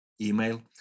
email